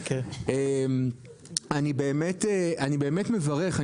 אני באמת מברך,